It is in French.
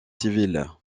civile